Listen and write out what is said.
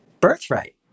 birthright